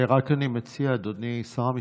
אני רק מציע, אדוני שר המשפטים,